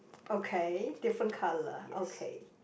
okay different colour okay